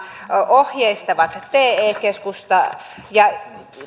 ohjeistavat te keskusta ja